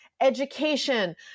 education